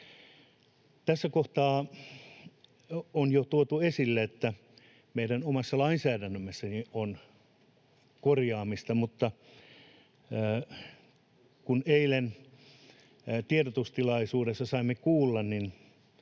Tässä kohtaa on jo tuotu esille, että meidän omassa lainsäädännössämmekin on korjaamista, mutta kuten eilen tiedotustilaisuudessa saimme kuulla,